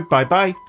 Bye-bye